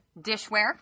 dishware